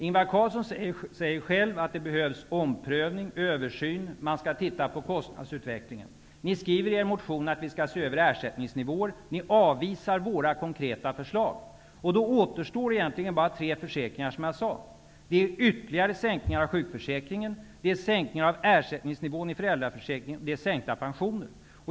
Ingvar Carlsson säger själv att det behövs omprövning och översyn och att man skall se på kostnadsutvecklingen. Ni skriver i er motion att ni skall se över ersättningsnivåer och avvisar våra konkreta förslag. Det återstår då, som jag sagt, egentligen bara tre försäkringar. Det gäller en ytterligare sänkning av sjukförsäkringen, en sänkning av ersättningsnivån i föräldraförsäkringen och en sänkning av pensioner.